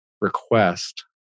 request